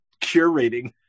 curating